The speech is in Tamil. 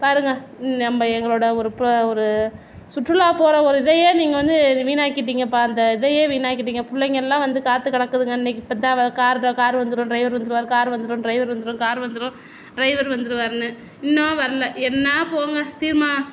பாருங்க நம்ம எங்களோடய ஒரு போ ஒரு சுற்றுலா போகிற ஒரு இதையே நீங்கள் வந்து வீணாக்கிட்டீங்கப்பா அந்த இதையே வீணாக்கிட்டீங்க பிள்ளைங்கெல்லாம் வந்து காத்து கிடக்குதுங்க இன்னிக்கி இப்போதான் கார் இதோ கார் வந்துடும் ட்ரைவர் வந்துடுவாரு கார் வந்துடும் ட்ரைவர் வந்துடுவாரு கார் வந்துடும் ட்ரைவர் வந்துடுவாருனு இன்னும் வரல என்னா போங்க திர்மா